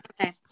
Okay